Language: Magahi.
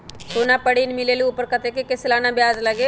सोना पर ऋण मिलेलु ओपर कतेक के सालाना ब्याज लगे?